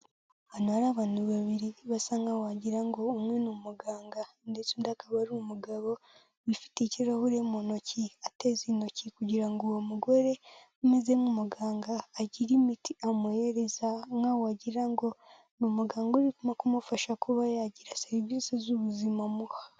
Ahantu hari abantu babiri basa nkaho wagira ngo umwe ni umuganga ndetse undi akaba ari umugabo wifite ikirahuri mu ntoki ateza intoki kugira uwo mugore ameze nk'umuganga agire imiti amuhereza, nkaho wagira ngo ni umuganga urimo kumufasha kuba yagira serivisi z'ubuzima amuha.